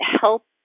help